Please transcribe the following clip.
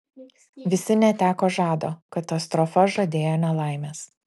visi neteko žado katastrofa žadėjo nelaimes